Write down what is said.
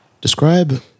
Describe